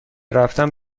رفتن